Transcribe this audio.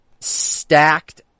stacked